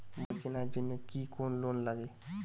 বই কেনার জন্য কি কোন লোন আছে?